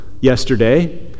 yesterday